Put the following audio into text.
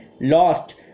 lost